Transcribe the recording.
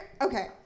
Okay